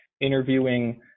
interviewing